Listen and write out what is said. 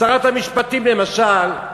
שרת המשפטים, למשל,